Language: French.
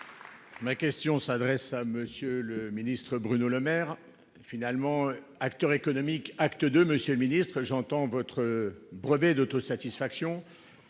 Ma question s'adresse à Monsieur le Ministre, Bruno Lemaire, finalement, acteurs économiques acte de Monsieur le Ministre j'entends votre brevet d'autosatisfaction